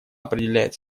определяет